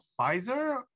Pfizer